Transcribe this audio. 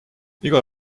iga